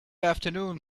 afternoon